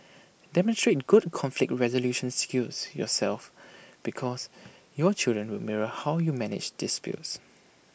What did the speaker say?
demonstrate good conflict resolution skills yourself because your children will mirror how you manage disputes